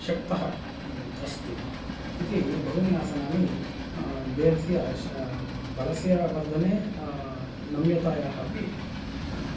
शक्तः अस्ति इति बहूनि आसनानि देहस्य ष बलस्य वर्धने नम्यतायाः अपि